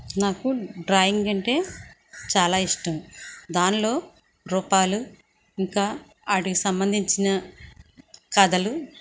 నాకు డ్రాయింగ్ అంటే చాలా ఇష్టము దానిలో రూపాలు ఇంకా వాటికి సంబంధించిన కథలు